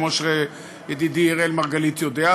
כמו שידידי אראל מרגלית יודע,